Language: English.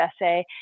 essay